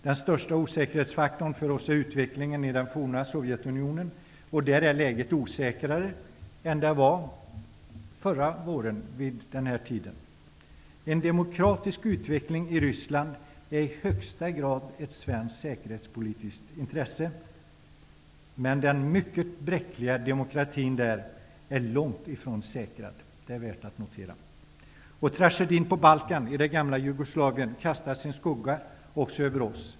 Den största osäkerhetsfaktorn för oss är utvecklingen i det forna Sovjetunionen. Där är läget osäkrare än det var förra våren vid den här tiden. En demokratisk utveckling i Ryssland är i högsta grad ett svenskt säkerhetspolitiskt intresse. Men den mycket bräckliga demokratin där är långt ifrån säkrad. Tragedin på Balkan, i det forna Jugoslavien, kastar sin skugga också över oss.